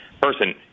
person